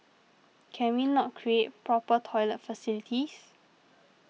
can we not create proper toilet facilities